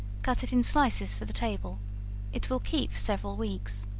cut it in slices for the table it will keep several weeks.